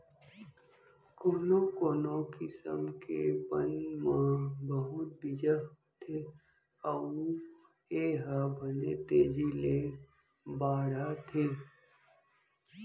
कोनो कोनो किसम के बन म बहुत बीजा होथे अउ ए ह बने तेजी ले बाढ़थे